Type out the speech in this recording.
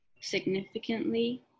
significantly